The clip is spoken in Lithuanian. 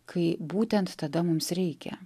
kai būtent tada mums reikia